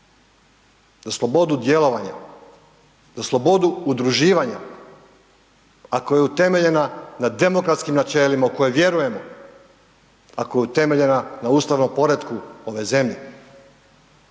Za slobodu djelovanja. Za slobodu udruživanja. Ako je utemeljena na demokratskim načelima u koje vjerujemo. Ako je utemeljena na ustavnom poretku ove zemlje.